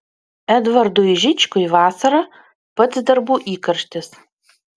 edvardui žičkui vasara pats darbų įkarštis